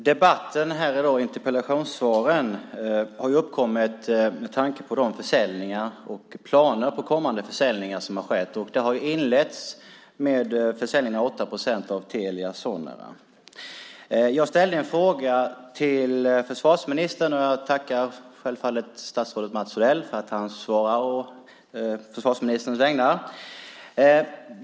Herr talman! Debatten här i dag och interpellationssvaren har uppkommit med tanke på de försäljningar som skett och på planerna på kommande försäljningar. Det har inletts med försäljningen av 8 procent av Telia Sonera. Jag har ställt en fråga i min interpellation till försvarsministern, men jag tackar självfallet statsrådet Mats Odell för att han svarar å försvarsministerns vägnar.